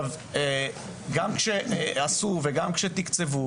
גם כשתקצבו ועשו,